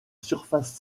surface